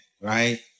right